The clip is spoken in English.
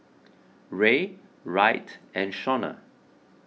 Ray Wright and Shaunna